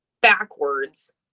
backwards